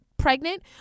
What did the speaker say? pregnant